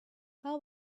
how